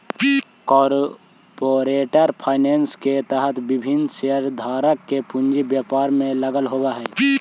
corporate finance के तहत विभिन्न शेयरधारक के पूंजी व्यापार में लगल होवऽ हइ